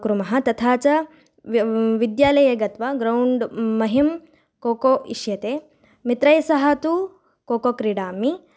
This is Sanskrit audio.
कुर्मः तथा च व्य् विद्यालये गत्वा ग्रौण्ड् मह्यं को को इष्यते मित्रैः सह तु को को क्रीडामि